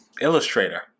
Illustrator